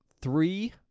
three